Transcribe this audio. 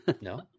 No